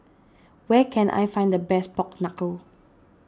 where can I find the best Pork Knuckle